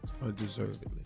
undeservedly